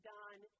done